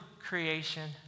creation